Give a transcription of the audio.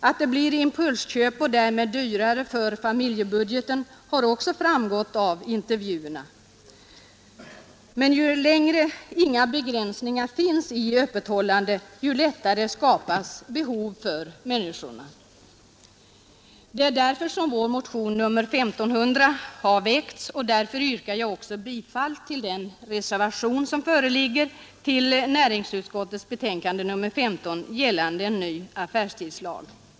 Att det blir impulsköp och därmed dyrare för familjebudgeten har också framgått av intervjuerna. Men så länge inga begränsningar finns i öppethållandet, ju lättare skapas ett behov. Det är därför som vår motion nr 1500 har väckts, och därför yrkar jag också bifall till den reservation som föreligger till näringsutskottets betänkande nr 15 gällande en ny affärstidslag.